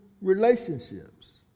relationships